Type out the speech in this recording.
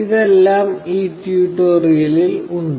ഇതെല്ലാം ഈ ട്യൂട്ടോറിയലിൽ ഉണ്ട്